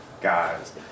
guys